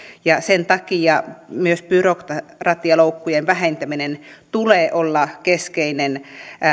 ja sen takia myös byrokratialoukkujen vähentämisen tulee olla keskeinen